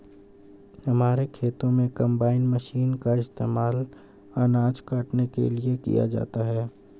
हमारे खेतों में कंबाइन मशीन का इस्तेमाल अनाज काटने के लिए किया जाता है